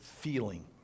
feeling